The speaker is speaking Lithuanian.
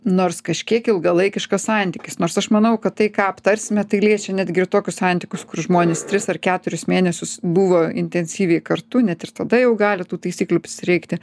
nors kažkiek ilgalaikiškas santykis nors aš manau kad tai ką aptarsime tai liečia netgi ir tokius santykius kur žmonės tris ar keturis mėnesius buvo intensyviai kartu net ir tada jau gali tų taisyklių prisireikti